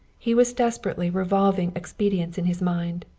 he was desperately revolving expedients in his mind.